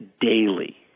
daily